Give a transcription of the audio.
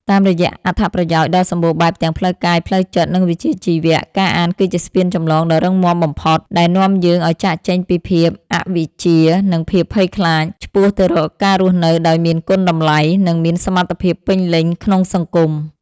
តាមរយៈអត្ថប្រយោជន៍ដ៏សម្បូរបែបទាំងផ្លូវកាយ ផ្លូវចិត្ត និងវិជ្ជាជីវៈ ការអានគឺជាស្ពានចម្លងដ៏រឹងមាំបំផុតដែលនាំយើងឱ្យចាកចេញពីភាពអវិជ្ជា និងភាពភ័យខ្លាច ឆ្ពោះទៅរកការរស់នៅដោយមានគុណតម្លៃ និងមានសមត្ថភាពពេញលេញក្នុងសង្គម។